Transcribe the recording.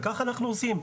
וכך אנחנו עושים.